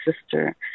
sister